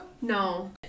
No